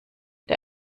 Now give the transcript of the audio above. der